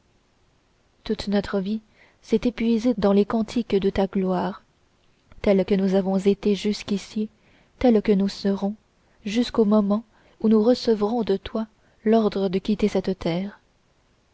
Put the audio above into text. toute notre vie s'est épuisée dans les cantiques de ta gloire tels nous avons été jusqu'ici tels nous serons jusqu'au moment où nous recevrons de toi l'ordre de quitter cette terre